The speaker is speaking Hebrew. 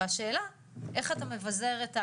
והשאלה איך אתה מבזר את המשאבים.